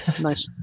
Nice